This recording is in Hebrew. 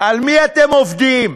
על מי אתם עובדים?